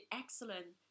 excellent